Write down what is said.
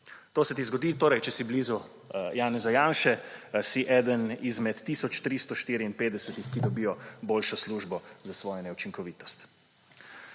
To se ti torej zgodi, če si blizu Janeza Janše, si eden izmed tisoč 354, ki dobijo boljšo službo za svojo neučinkovitost.